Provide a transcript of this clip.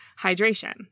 hydration